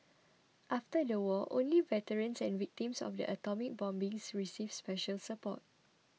after the war only veterans and victims of the atomic bombings received special support